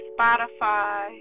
Spotify